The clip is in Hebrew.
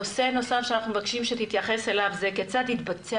נושא נוסף שאנחנו מבקשים שתתייחס אליו זה כיצד התבצע